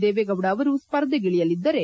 ದೇವೇಗೌಡ ಅವರು ಸ್ಪರ್ಧೆಗಿಳಿಯಲಿದ್ದಾರೆ